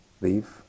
leave